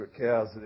cows